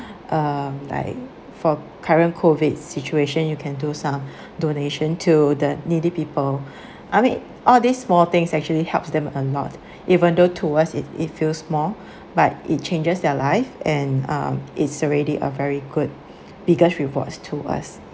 uh like for current COVID situation you can do some donation to the needy people I mean all these small things actually helps them a lot even though to us it it feels small but it changes their life and uh it's already a very good biggest rewards to us